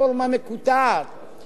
לכך שכל הצדדים